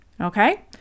Okay